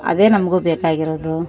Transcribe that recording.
ಅದೇ ನಮಗೂ ಬೇಕಾಗಿರೋದು